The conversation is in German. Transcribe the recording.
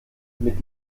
mit